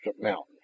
mountains